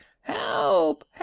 Help